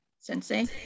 Sensei